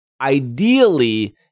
ideally